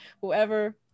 whoever